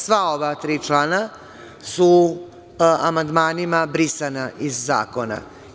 Sva ova tri člana su amandmanima brisana iz zakona.